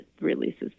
releases